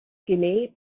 skinny